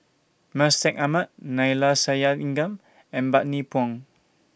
Mustaq Ahmad Neila Sathyalingam and Bani Buang